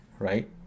right